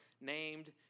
named